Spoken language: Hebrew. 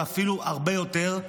ואפילו הרבה יותר,